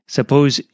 Suppose